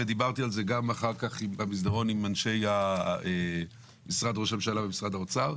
ודיברתי על זה גם אחר כך במסדרון עם אנשי משרד ראש הממשלה ומשרד האוצר.